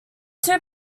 two